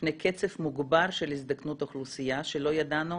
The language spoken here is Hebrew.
בפני קצב מוגבר של הזדקנות האוכלוסייה שלא ידענו